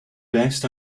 best